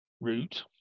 route